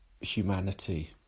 humanity